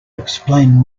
explain